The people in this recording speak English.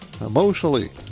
emotionally